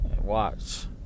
Watch